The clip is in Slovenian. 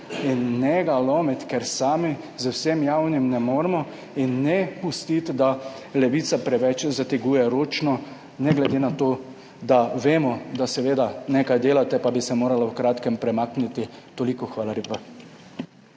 In ne ga lomiti, ker sami z vsem javnim ne moremo, in ne pustiti, da Levica preveč zateguje ročno, glede na to, da vemo, da seveda nekaj delate pa bi se moralo v kratkem premakniti. Toliko. Hvala lepa.